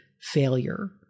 failure